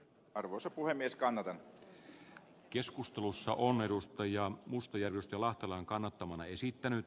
arvoisa puhemies kannalta keskustelussa on edustajia mustiennustelahtelan kannattamana esittänyt